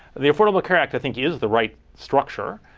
the affordable care act, i think, is the right structure.